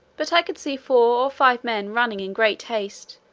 but i could see four or five men running in great haste,